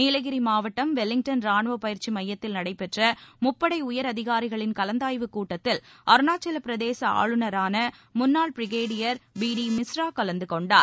நீலகிரி மாவட்டம் வெலிங்டன் ராணுவ பயிற்சி மையத்தில் நடைபெற்ற முப்படை உயர் அதிகாரிகளின் கலந்தாய்வுக் கூட்டத்தில் அருணாச்சவப் பிரதேச ஆளுநரான முன்னாள் பிரிகேடியர் பி டி மிஸ்ரா கலந்து கொண்டார்